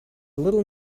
little